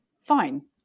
fine